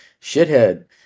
shithead